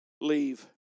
leave